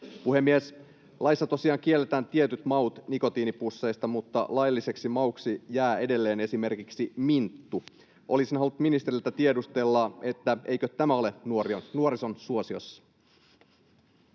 Puhemies! Laissa tosiaan kielletään tietyt maut nikotiinipusseista, mutta lailliseksi mauksi jää edelleen esimerkiksi minttu. Olisin halunnut ministeriltä tiedustella, eikö tämä ole nuorison suosiossa.